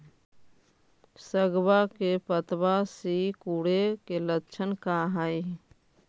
सगवा के पत्तवा सिकुड़े के लक्षण का हाई?